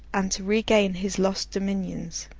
and to regain his lost dominions.